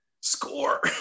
Score